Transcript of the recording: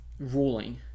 ruling